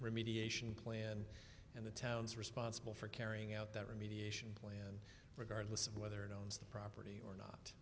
remediation plan and the town's responsible for carrying out that remediation plan regardless of whether it owns the property or